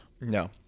No